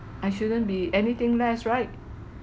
I shouldn't be anything less right